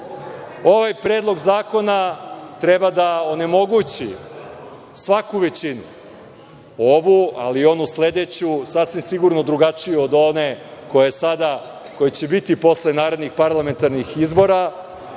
predlog zakona treba da onemogući svaku većinu, ovu, ali i onu sledeću, sasvim sigurno drugačiju od one koja će biti posle narednih parlamentarnih izbora,